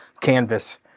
canvas